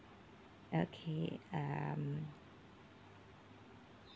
okay um